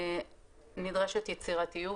נדרשת יצירתיות